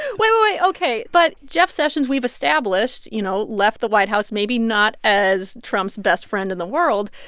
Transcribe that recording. ah wait. wait. wait. ok. but jeff sessions, we've established you know, left the white house maybe not as trump's best friend in the world.